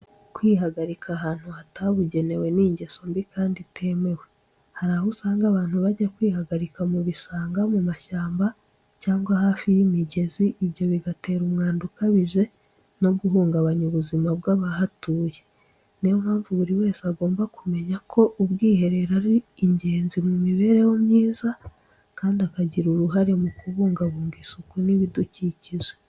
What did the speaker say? Kwihagarika ahantu hatabugenewe ni ingeso mbi kandi itemewe. Hari aho usanga abantu bajya kwihagarika mu bishanga, mu mashyamba cyangwa hafi y’imigezi, ibyo bigatera umwanda ukabije no guhungabanya ubuzima bw’abahatuye. Ni yo mpamvu buri wese agomba kumenya ko ubwiherero ari ingenzi mu mibereho myiza, kandi akagira uruhare mu kubungabunga isuku n’ibidukikije.